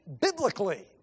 biblically